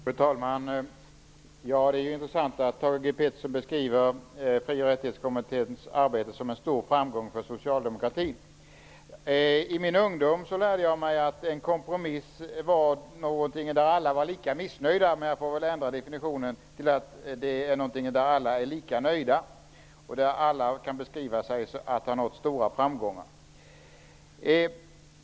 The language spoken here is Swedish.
Fru talman! Det är intressant att höra Thage G Peterson beskriva Fri och rättighetskommitténs arbete som en stor framgång för socialdemokratin. I min ungdom lärde jag mig att vid en kompromiss är alla lika missnöjda. Men jag får väl ändra på den definitionen. I stället är det alltså så att vid en kompromiss är alla lika nöjda, och alla kan ge beskrivningen att de har nått stora framgångar.